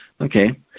Okay